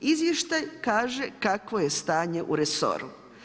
Izvještaj kaže kakvo je stanje u resoru.